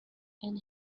and